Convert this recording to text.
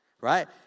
right